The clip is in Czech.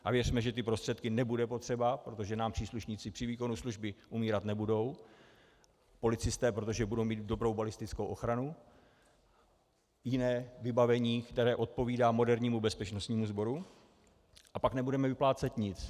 A věřme, že ty prostředky nebudou potřeba, protože nám příslušníci při výkonu služby umírat nebudou, policisté, protože budou mít dobrou balistickou ochranu, jiné vybavení, které odpovídá modernímu bezpečnostnímu sboru, a pak nebudeme vyplácet nic.